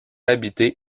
habité